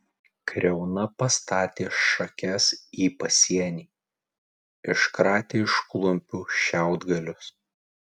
kriauna pastatė šakes į pasienį iškratė iš klumpių šiaudgalius